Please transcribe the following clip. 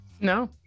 No